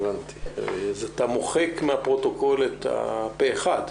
אז אתה מוחק מהפרוטוקול את ה"פה אחד".